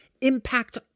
impact